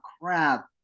crap